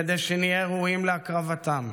כדי שנהיה ראויים להקרבתם,